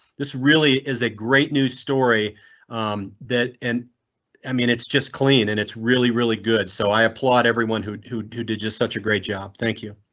this really is a great news story that and i mean it's just clean and it's really really good. so i applaud everyone who who did just such a great job. thank you.